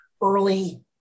early